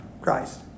Christ